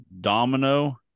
Domino